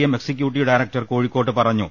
M executive director കോഴിക്കോട്ട് പറ ഞ്ഞു